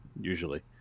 usually